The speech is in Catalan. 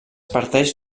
parteix